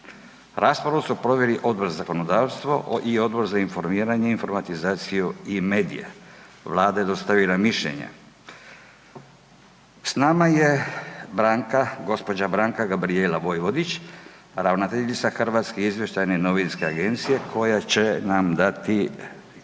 Raspravu su proveli Odbor za zakonodavstvo i Odbor za informiranje i informatizaciju i medije. Vlada je dostavila mišljenje. S nama je gđa. Branka Gabrijela Vojvodića, ravnateljica Hrvatske izvještajne novinske agencije koja će nam dati